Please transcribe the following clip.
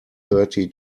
thirty